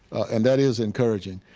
and that is encouraging.